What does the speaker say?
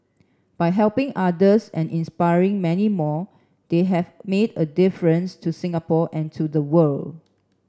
by helping others and inspiring many more they have made a difference to Singapore and to the world